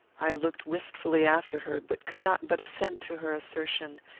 i looked wistfully after her, but could not but assent to her assertion,